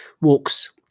walks